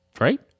right